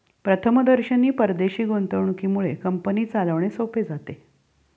प्रथमदर्शनी परदेशी गुंतवणुकीमुळे कंपनी चालवणे सोपे जाते